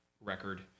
record